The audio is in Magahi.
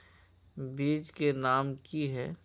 बीज के नाम की है?